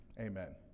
Amen